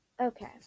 Okay